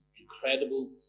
incredible